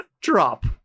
drop